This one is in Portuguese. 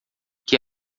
que